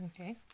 Okay